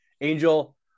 Angel